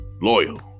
Loyal